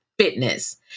fitness